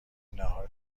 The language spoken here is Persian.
ناهار